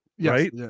right